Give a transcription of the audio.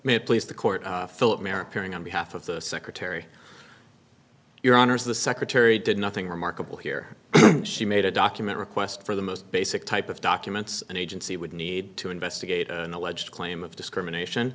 you please the court philip mair appearing on behalf of the secretary your honor as the secretary did nothing remarkable here she made a document request for the most basic type of documents an agency would need to investigate an alleged claim of discrimination